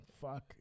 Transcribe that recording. fuck